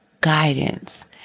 guidance